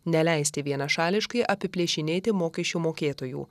neleisti vienašališkai apiplėšinėti mokesčių mokėtojų